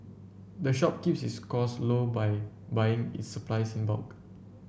the shop keeps its cost low by buying its supplies in bulk